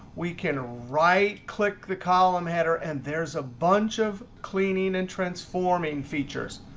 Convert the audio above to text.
we can right click the column header, and there's a bunch of cleaning and transforming features.